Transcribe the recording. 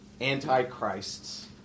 antichrists